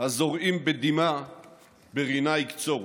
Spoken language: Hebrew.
"הזֹרעים בדִמעה ברִנה יקצֹרו".